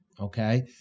okay